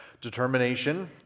determination